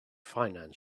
finance